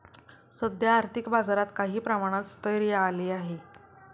सध्या आर्थिक बाजारात काही प्रमाणात स्थैर्य आले आहे